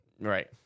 Right